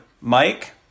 Mike